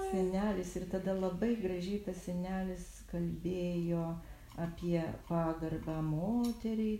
senelis ir tada labai gražiai tas senelis kalbėjo apie pagarbą moteriai